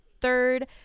third